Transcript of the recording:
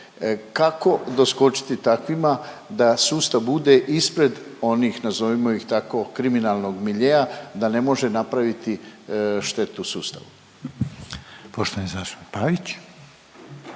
Kako doskočiti takvima da sustav bude ispred onih, nazovimo ih tako, kriminalnog miljea da ne može napraviti štetu sustavu?